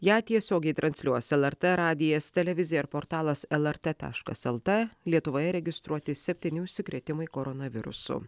ją tiesiogiai transliuos lrt radijas televizija ir portalas lrt taškas lt lietuvoje registruoti septyni užsikrėtimai koronavirusu